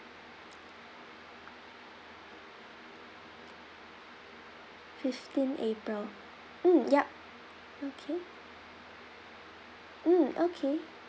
fifteen april mm yup okay mm okay